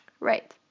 Right